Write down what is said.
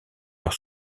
leur